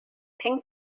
ping